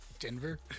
Denver